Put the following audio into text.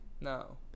No